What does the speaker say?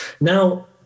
Now